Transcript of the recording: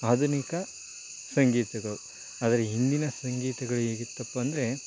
ಆಧುನಿಕ ಸಂಗೀತಗಳು ಆದರೆ ಹಿಂದಿನ ಸಂಗೀತಗಳು ಹೇಗಿತ್ತಪ್ಪ ಅಂದರೇ